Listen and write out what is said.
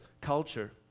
culture